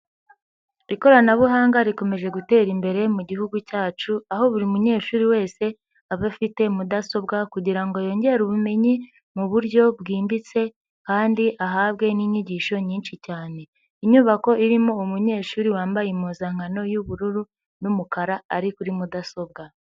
Ikoranabuhanga rikomeje gutera imbere mu Gihugu cyacu aho buri munyeshuri wese aba afite mudasobwa kugira yongere ubumenyi mu buryo bwimbitse kandi ahabwe n'inyigisho nyinshi cyane. Inyubako irimo umunyeshuri wambaye impuzankano y'ubururu n'umukara ari kuri mudasobwa.